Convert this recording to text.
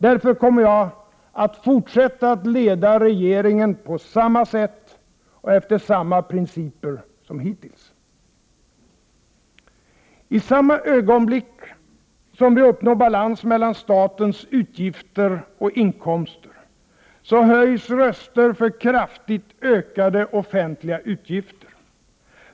Därför kommer jag att fortsätta att leda regeringen på samma sätt och efter samma principer som hittills. I samma ögonblick som vi uppnår balans mellan statens utgifter och inkomster höjs röster för kraftigt ökade offentliga utgifter.